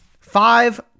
five